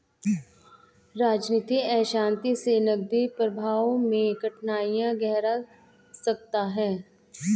राजनीतिक अशांति से नकदी प्रवाह में कठिनाइयाँ गहरा सकता है